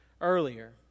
earlier